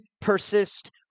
persist